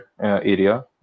area